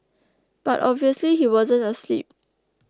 but obviously he wasn't asleep